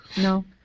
No